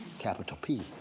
capital p,